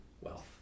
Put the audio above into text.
wealth